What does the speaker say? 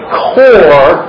core